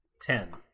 Ten